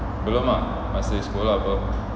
belum ah masih sekolah [pe]